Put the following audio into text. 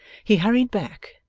he hurried back,